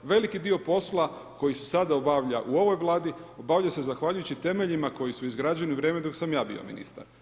Veliki dio posla koji se sada obavlja u ovoj vladi, obavlja se zahvaljujući temeljima, koji su izgrađeni u vrijeme dok sam ja bio ministar.